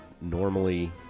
normally